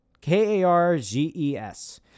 k-a-r-g-e-s